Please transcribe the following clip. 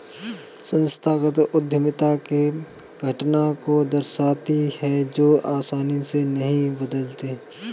संस्थागत उद्यमिता ऐसे घटना को दर्शाती है जो आसानी से नहीं बदलते